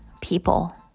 people